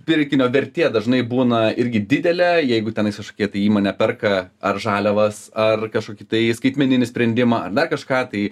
pirkinio vertė dažnai būna irgi didelė jeigu tenais kažkokia tai įmonė perka ar žaliavas ar kažkokį tai skaitmeninį sprendimą ar dar kažką tai